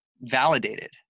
validated